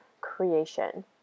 creation